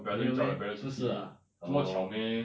没有 meh 不是 ah orh